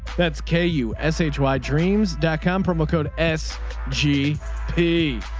that's k u s h y dreams com, promo code s g p